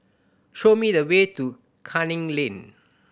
show me the way to Canning Lane